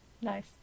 nice